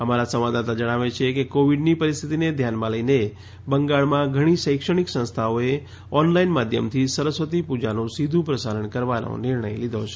અમારા સંવાદદાતા જણાવે છે કે કોવિડની પરિસ્થિતિને ધ્યાનમાં લઇને બંગાળમાં ઘણી શૈક્ષણિક સંસ્થાઓએ ઓનલાઇન માધ્યમથી સરસ્વતી પૂજાનું સીધુ પ્રસારણ કરવાનો નિર્ણય લીધો છે